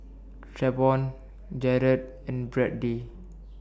Travon Garret and Brady